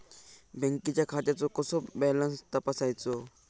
बँकेच्या खात्याचो कसो बॅलन्स तपासायचो?